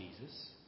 Jesus